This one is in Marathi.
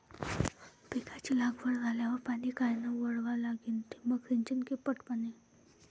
पिकाची लागवड झाल्यावर पाणी कायनं वळवा लागीन? ठिबक सिंचन की पट पाणी?